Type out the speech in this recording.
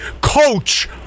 Coach